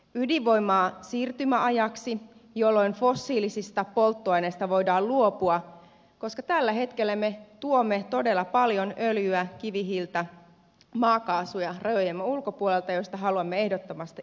ydinvoimaa siirtymäajaksi jolloin fossiilisista polttoaineista voidaan luopua koska tällä hetkellä me tuomme rajojemme ulkopuolelta todella paljon öljyä kivihiiltä maakaasua joista haluamme ehdottomasti eroon